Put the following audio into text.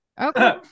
Okay